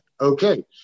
okay